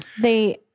They-